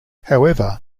however